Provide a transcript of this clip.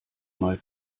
mal